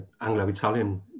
Anglo-Italian